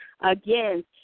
again